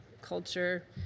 culture